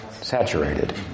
saturated